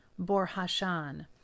Borhashan